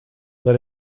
let